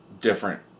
different